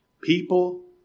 People